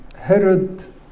Herod